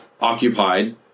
Occupied